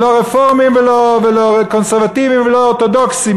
לא רפורמים ולא קונסרבטיבים ולא אורתודוקסים,